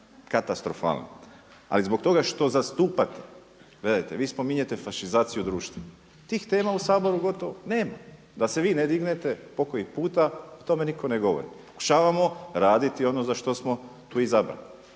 katastrofalni. Ali zbog toga što zastupate, gledajte, vi spominjete fašizaciju društva, tih tema u Saboru gotovo nema. Da se vi ne dignete, pokoji puta, o tome nitko ne govori. Pokušavamo raditi ono za što smo tu izabrani.